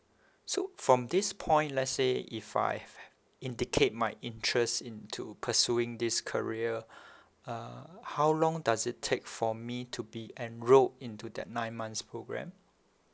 so from this point let's say if I indicate my interest into pursuing this career uh how long does it take for me to be enrolled into that nine months program